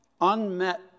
unmet